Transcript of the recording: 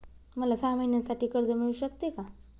मला सहा महिन्यांसाठी कर्ज मिळू शकते का?